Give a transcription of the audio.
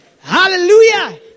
Hallelujah